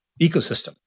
ecosystem